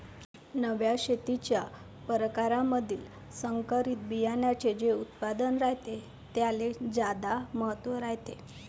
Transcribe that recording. नव्या शेतीच्या परकारामंधी संकरित बियान्याचे जे उत्पादन रायते त्याले ज्यादा महत्त्व रायते